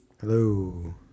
Hello